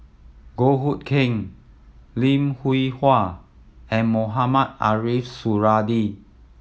Goh Hood Keng Lim Hwee Hua and Mohamed Ariff Suradi